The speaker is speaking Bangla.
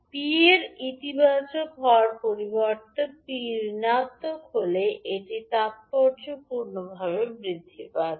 P এর ইতিবাচক হওয়ার পরিবর্তে P নেতিবাচক হলে এটি তাৎপর্যপূর্ণভাবে বৃদ্ধি পাচ্ছে